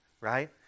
right